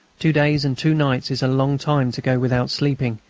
two days and two nights is a long time to go without sleeping,